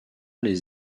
les